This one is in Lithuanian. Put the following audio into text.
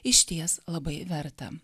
išties labai verta